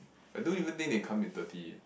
I don't even think they come in thirty